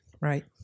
Right